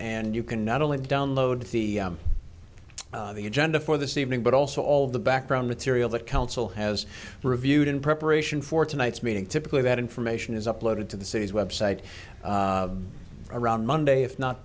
and you can not only download the the agenda for this evening but also all of the background material that council has reviewed in preparation for tonight's meeting typically that information is uploaded to the city's website around monday if not